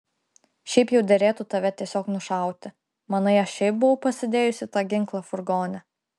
šiaip jau derėtų tave tiesiog nušauti manai aš šiaip buvau pasidėjusi tą ginklą furgone